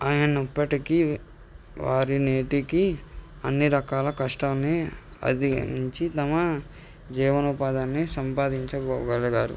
ఆయనప్పటికి వారి నేటికి అన్నీ రకాల కష్టాన్ని అధగమించి తమ జీవనోపాధాన్ని సంపాదించకోగలిగారు